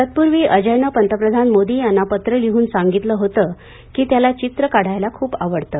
तत्पूर्वी अजयनं पंतप्रधान मोदी यांना पत्र लिहून सांगितलं होतं की त्याला चित्र काढायला खूप आवडतं